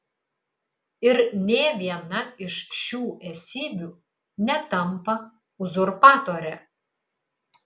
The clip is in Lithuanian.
ir nė viena iš šių esybių netampa uzurpatore